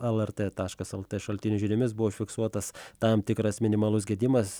lrt taškas lt šaltinių žiniomis buvo fiksuotas tam tikras minimalus gedimas